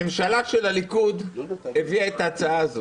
הממשלה של הליכוד הביאה את ההצעה הזו.